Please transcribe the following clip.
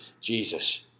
Jesus